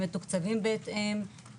הם מתוקצבים בהתאם,